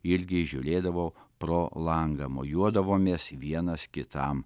irgi žiūrėdavo pro langą mojuodavomės vienas kitam